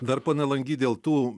dar pone langy dėl tų